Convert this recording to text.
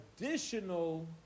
additional